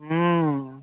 हूँ